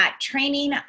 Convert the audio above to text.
training